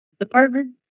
department